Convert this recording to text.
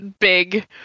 big